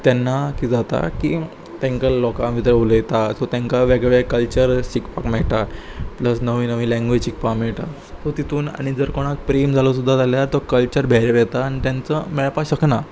तेन्ना किदें जाता की तांकां लोकां भितर उलयता सो तांकां वेगवेगळे कल्चर शिकपाक मेळटा प्लस नवी नवी लँग्वेज शिकपाक मेळटा सो तितून आनी जर कोणाक प्रेम जालो सुद्दां जाल्यार तो कल्चर भायर येता आनी तांचो मेळपाक शकना